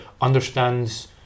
understands